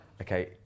okay